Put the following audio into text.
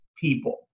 people